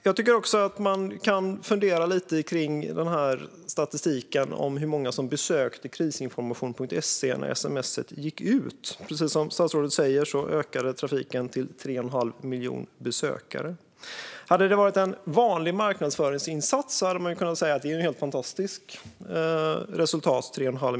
Jag tycker också att man kan fundera lite kring statistiken om hur många som besökte Krisinformation.se när sms:et gick ut. Precis som statsrådet säger ökade trafiken till 3 1⁄2 miljon besökare. Hade det varit en vanlig marknadsföringsinsats hade det varit ett helt fantastiskt resultat.